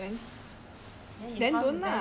then his house is damn damn